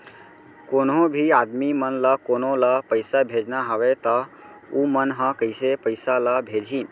कोन्हों भी आदमी मन ला कोनो ला पइसा भेजना हवय त उ मन ह कइसे पइसा ला भेजही?